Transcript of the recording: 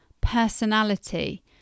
personality